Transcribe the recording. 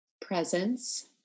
Presence